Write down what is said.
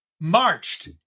marched